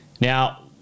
now